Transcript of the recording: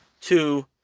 two